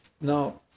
Now